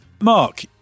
Mark